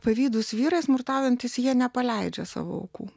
pavydūs vyrai smurtaujantys jie nepaleidžia savo aukų